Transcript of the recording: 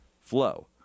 flow